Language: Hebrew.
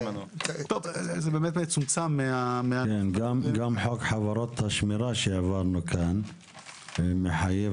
גם חוק חברות השמירה שהעברנו כאן מחייב